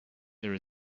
there